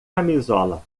camisola